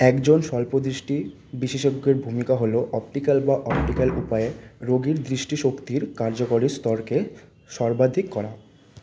একজন স্বল্পদৃষ্টি বিশেষজ্ঞের ভূমিকা হল অপটিক্যাল বা অপ্টিক্যাল উপায়ে রোগীর দৃষ্টিশক্তির কার্যকরী স্তরকে সর্বাধিক করা